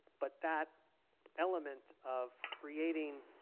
but that elements of creating